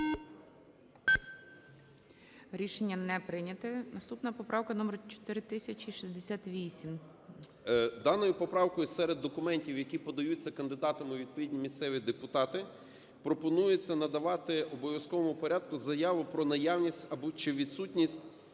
Рішення не прийнято. Наступна поправка - номер 4068. 16:38:29 СИДОРОВИЧ Р.М. Даною поправкою серед документів, які подаються кандидатами у відповідні місцеві депутати, пропонується надавати в обов'язковому порядку заяву про наявність чи відсутність